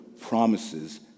promises